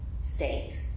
state